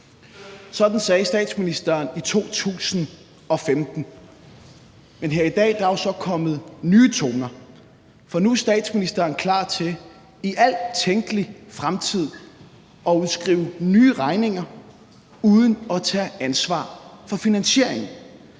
Sådan sagde statsministeren i 2015. Men her i dag er der jo så kommet nye toner, for nu er statsministeren klar til i al tænkelig fremtid at udskrive nye regninger uden at tage ansvar for finansieringen.